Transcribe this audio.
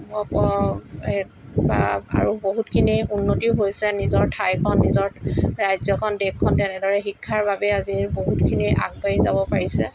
আৰু বহুতখিনি উন্নতিও হৈছে নিজৰ ঠাইখন নিজৰ ৰাজ্যখন দেশখন তেনেদৰে শিক্ষাৰ বাবে আজি বহুতখিনি আগবাঢ়ি যাব পাৰিছে